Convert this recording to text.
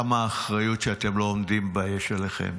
כמה אחריות שאתם לא עומדים יש עליכם.